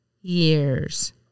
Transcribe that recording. years